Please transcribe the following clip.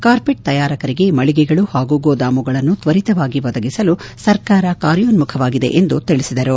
carpet ತಯಾರಕರಿಗೆ ಮಳಿಗೆಗಳು ಪಾಗೂ ಗೋದಾಮುಗಳನ್ನು ತ್ವರಿತವಾಗಿ ಒದಗಿಸಲು ಸರ್ಕಾರ ಕಾರ್ಯೋನ್ನುಖವಾಗಿದೆ ಎಂದು ತಿಳಿಸಿದರು